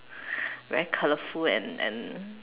very colourful and and